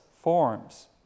forms